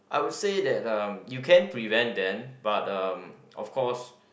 I would said that uh you can prevent them but uh of course